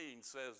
says